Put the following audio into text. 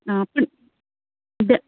आं दे